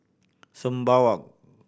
Sembawang